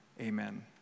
amen